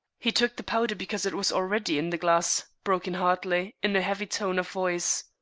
he took the powder because it was already in the glass, broke in hartley, in a heavy tone of voice.